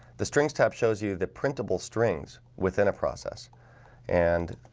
the strings tab shows you the printable strings within a process and